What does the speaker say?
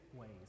ways